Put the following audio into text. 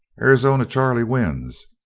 arizona charley wins.